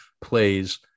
plays